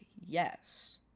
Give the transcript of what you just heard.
yes